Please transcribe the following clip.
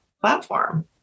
platform